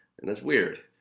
and that's weird.